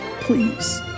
Please